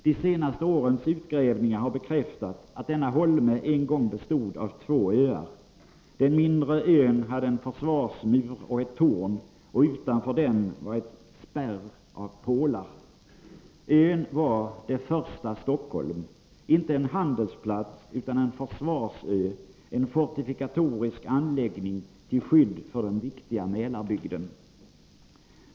De senaste årens utgrävningar har bekräftat att denna holme en gång bestod av två öar. Den mindre ön hade en försvarsmur och ett torn, och utanför den var en spärr av pålar. Ön var det första Stockholm — inte en handelsplats utan en försvarsö, en fortifikatorisk anläggning till skydd för den viktiga Mälarbygden.